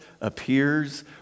appears